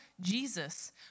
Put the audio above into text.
Jesus